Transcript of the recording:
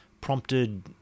prompted